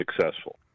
successful